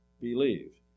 believe